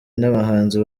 n’abahanzi